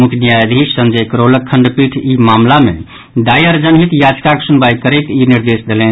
मुख्य न्यायाधीश संजय करोलक खंडपीठ ई मामिला मे दायर जनहित याचिकाक सुनवाई करैत ई निर्देश देलनि